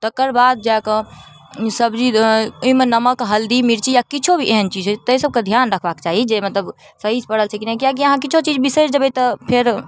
तकर बाद जाकऽ सब्जी अइमे नमक हल्दी मिर्ची या किछो भी एहन चीज तै सबके ध्यान रखबाक चाही मतलब सही पड़ल छै कि नहि किएक कि अहाँ किछो चीज बिसरि जेबय तऽ फेर